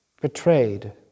betrayed